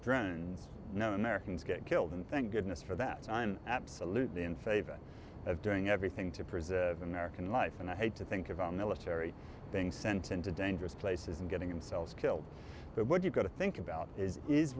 drones no americans get killed and thank goodness for that i'm absolutely in favor of doing everything to preserve american life and i hate to think of our military being sent into dangerous places and getting themselves killed but what you've got to think about is is